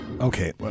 Okay